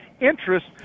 interest